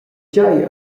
tgei